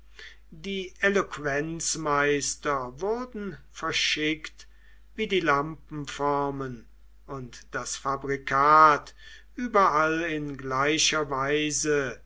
die eloquenzmeister wurden verschickt wie die lampenformen und das fabrikat überall in gleicher weise